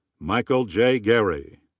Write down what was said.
michael j. garee.